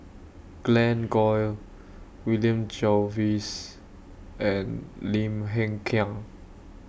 Glen Goei William Jervois and Lim Hng Kiang